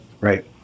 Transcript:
right